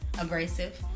aggressive